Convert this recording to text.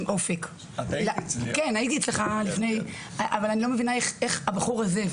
אבל אני לא מבינה איך הבחור הזה,